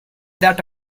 that